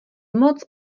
moc